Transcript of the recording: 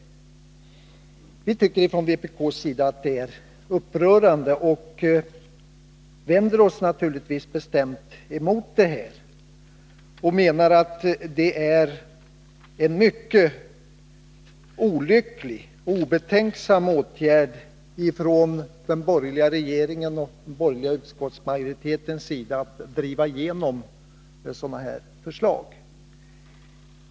Vi från vpk tycker att det är upprörande och vänder oss bestämt emot det. Enligt vår mening är det en mycket olycklig och obetänksam åtgärd av den borgerliga regeringen och den borgerliga utskottsmajoriteten att driva igenom ett sådant förslag.